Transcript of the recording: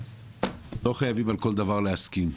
לא חייבים על כל דבר להסכים,